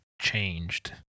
changed